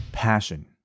passion